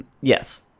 Yes